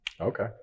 Okay